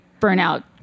burnout